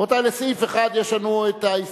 רבותי, לסעיף 1 יש לנו ההסתייגויות,